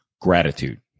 Gratitude